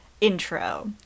Intro